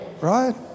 Right